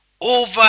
over